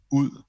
ud